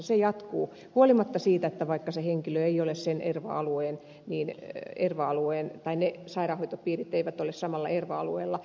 se jatkuu huolimatta siitä että vaikka se henkilö ei ole sinervo alueen viiden eri alueen ne sairaanhoitopiirit eivät ole samalla erva alueella